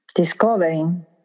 Discovering